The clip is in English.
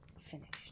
finished